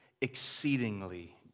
exceedingly